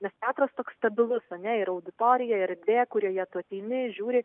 nes teatras toks stabilus ar ne yra auditorija erdvė kurioje tu ateini žiūri